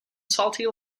salty